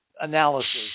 analysis